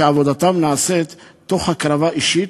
שעבודתם נעשית תוך הקרבה אישית,